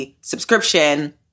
subscription